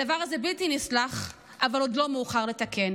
הדבר הזה בלתי נסלח, אבל עוד לא מאוחר לתקן.